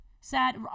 Sad